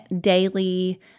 daily